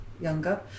younger